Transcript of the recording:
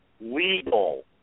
legal